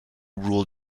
rule